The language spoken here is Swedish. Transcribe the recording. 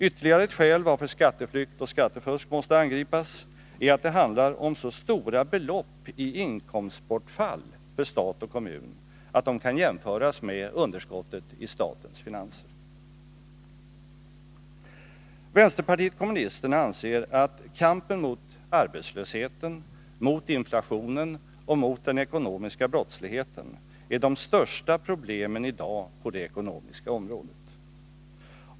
Ytterligare ett skäl till att skatteflykt och skattefusk måste angripas är att det handlar om så stora belopp i inkomstbortfall för stat och kommun att det kan jämföras med underskottet i statens finanser. Vänsterpartiet kommunisterna anser att kampen mot arbetslösheten, mot inflationen och mot den ekonomiska brottsligheten är de största problemen i dag på det ekonomiska området.